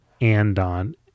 Andon